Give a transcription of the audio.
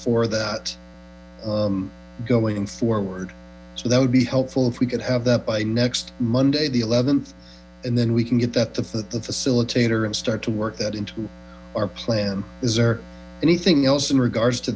for that going forward so that would b helpful if we could have that by next monday the th and then we can get that to the facilitator and start to work that into our plan is there anything else in regards to